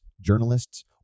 journalists